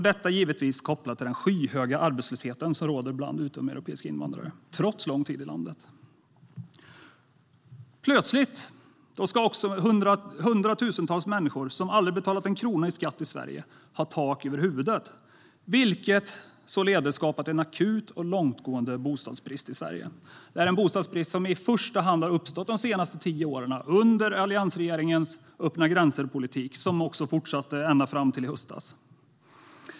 Detta är givetvis kopplat till den skyhöga arbetslöshet som råder bland utomeuropeiska invandrare trots lång tid i landet. Plötsligt ska också hundratusentals människor - som aldrig betalat en krona i skatt i Sverige - ha tak över huvudet. Det har således skapat en akut och långtgående bostadsbrist i Sverige. Det är en bostadsbrist som i första hand uppstått de senaste tio åren under Alliansens öppna-gränser-politik, som också fortsatte ända fram till i höstas.